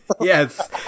Yes